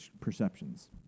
perceptions